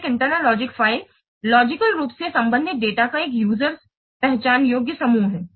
तो एक internal logic file तार्किक रूप से संबंधित डेटा का एक यूजर पहचान योग्य समूह है